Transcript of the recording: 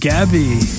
Gabby